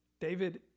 David